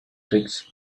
tricks